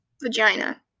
vagina